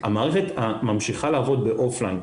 המערכת ממשיכה לעבוד באוף-ליין,